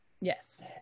Yes